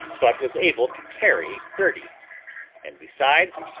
but was able to carry thirty and besides,